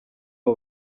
abo